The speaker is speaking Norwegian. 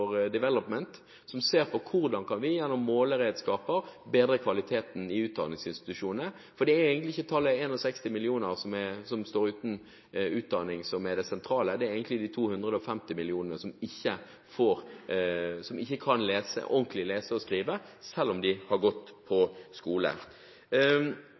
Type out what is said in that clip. Development, som ser på hvordan vi gjennom måleredskaper kan bedre kvaliteten i utdanningsinstitusjoner. Det er egentlig ikke tallet 61 millioner som står uten utdanning som er det sentrale, det er de 250 millionene som ikke kan lese og skrive ordentlig selv om de har gått